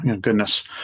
goodness